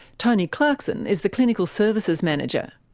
tony clarkson is the clinical services manager.